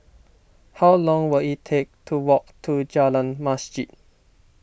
how long will it take to walk to Jalan Masjid